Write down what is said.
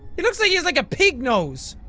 he looks like he has like a pig nose